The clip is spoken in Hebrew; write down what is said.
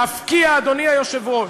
להפקיע, אדוני היושב-ראש,